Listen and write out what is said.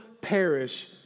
perish